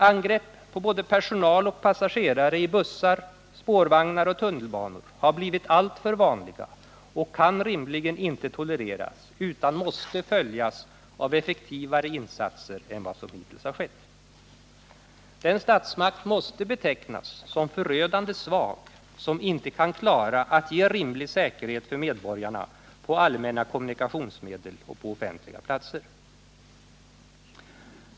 Angrepp på både personal och passagerare i bussar, spårvagnar och tunnelbana har blivit alltför vanliga och kan rimligen inte tolereras utan måste följas av effektivare insatser än vad som hittills har skett. Den statsmakt måste betecknas som förödande svag som inte kan klara att ge rimlig säkerhet för medborgarna på allmänna kommunikationsmedel och på offentliga platser.